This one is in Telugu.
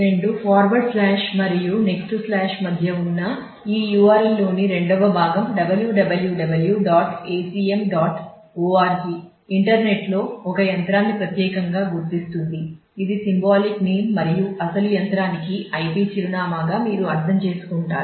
రెండు ఫార్వర్డ్ స్లాష్ మరియు అసలు యంత్రానికి IP చిరునామాగా మీరు అర్థం చేసుకుంటారు